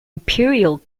imperial